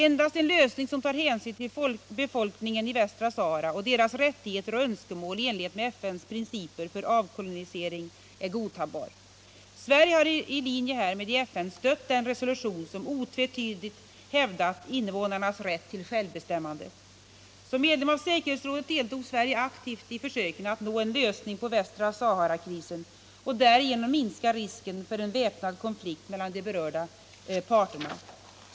Endast en lösning som tar hänsyn till befolkningen i Västra Sahara och dess rättigheter och önskemål i enlighet med FN:s principer för avkolonisering är godtagbar. Sverige har i linje härmed i FN stött den resolution som otvetydigt hävdat invånarnas rätt till självbestämmande. Som medlem av säkerhetsrådet deltog Sverige aktivt i försöken att nå en lösning på Västra Sahara-krisen och därigenom minska risken för en väpnad konflikt mellan de berörda parterna.